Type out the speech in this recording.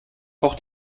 auch